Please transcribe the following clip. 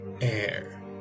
air